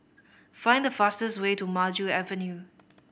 find the fastest way to Maju Avenue